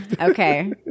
Okay